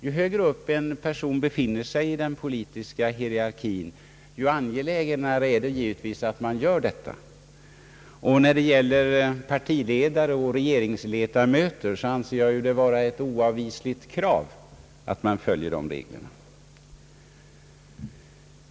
Ju högre upp en person befinner sig i den politiska hierarkin, desto angelägnare är detta givetvis — och när det gäller partiledare och regeringsledamöter anser jag det vara ett oavvisligt krav att man följer de reglerna.